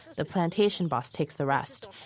the plantation boss takes the rest.